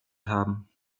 haben